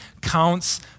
counts